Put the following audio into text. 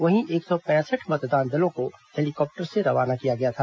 वहीं एक सौ पैंसठ मतदान दलों को हेलीकॉप्टर से रवाना किया गया था